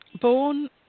born